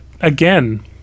again